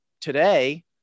today